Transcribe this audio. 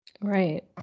Right